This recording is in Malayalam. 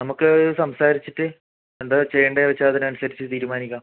നമ്മൾക്ക് സംസാരിച്ചിട്ട് എന്താ ചെയ്യേണ്ടതെന്ന് വച്ചാൽ അതിനനുസരിച്ച് തീരുമാനിക്കാം